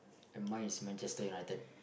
and mine is Manchester-United